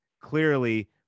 clearly